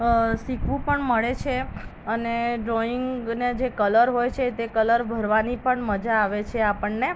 શીખવું પણ મળે છે અને ડ્રોઈંગના જે કલર હોય છે તે કલર ભરવાની પણ મજા આવે છે આપણને